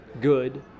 good